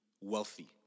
wealthy